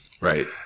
Right